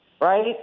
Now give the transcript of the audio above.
right